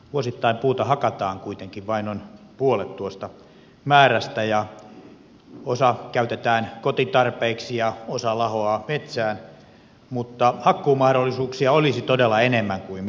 vuosittain puuta hakataan kuitenkin vain noin puolet tuosta määrästä ja osa käytetään kotitarpeiksi ja osa lahoaa metsään mutta hakkuumahdollisuuksia olisi todella enemmän kuin mitä niitä käytetään